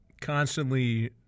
constantly